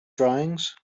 drawings